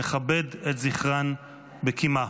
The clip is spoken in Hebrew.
נכבד את זכרן בקימה.